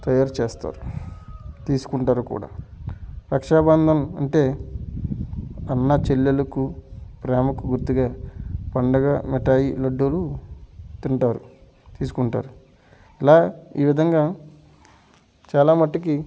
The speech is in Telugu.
తయారు చేస్తారు తీసుకుంటారు కూడా రక్షాబంధం అంటే అన్న చెల్లెలికి ప్రేమకు గుర్తుగా పండగా మిఠాయి లడ్డూలు తింటారు తీసుకుంటారు ఇలా ఈ విధంగా చాలా మట్టుకి